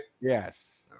Yes